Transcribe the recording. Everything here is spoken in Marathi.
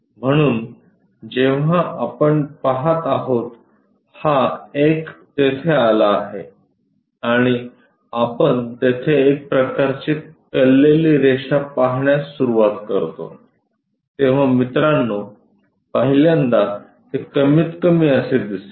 म्हणून जेव्हा आपण पहात आहोत हा एक तेथे आला आहे आणि आपण तेथे एक प्रकारची कललेली रेषा पाहण्यास सुरुवात करतोतेव्हा मित्रांनो पहिल्यांदा ते कमीतकमी असे दिसेल